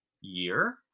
year